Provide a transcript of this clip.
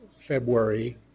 February